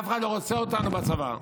אף אחד לא רוצה אותנו בצבא.